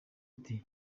ati